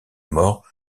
mort